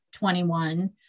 21